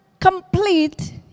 complete